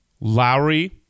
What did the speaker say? Lowry